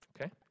Okay